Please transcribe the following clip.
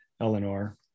Eleanor